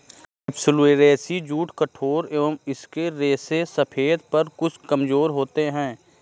capsularis jute कठोर व इसके रेशे सफेद पर कुछ कमजोर होते हैं